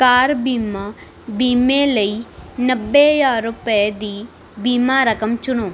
ਕਾਰ ਬੀਮਾ ਬੀਮੇ ਲਈ ਨੱਬੇ ਹਜ਼ਾਰ ਰੁਪਏ ਦੀ ਬੀਮਾ ਰਕਮ ਚੁਣੋ